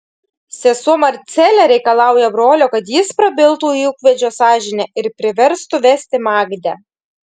sesuo marcelė reikalauja brolio kad jis prabiltų į ūkvedžio sąžinę ir priverstų vesti magdę